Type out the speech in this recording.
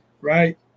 right